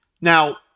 Now